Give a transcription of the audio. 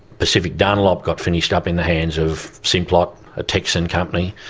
pacific dunlop got finished up in the hands of simplot, a texan company,